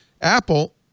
apple